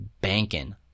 banking